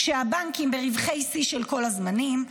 כשהבנקים ברווחי שיא של כל הזמנים,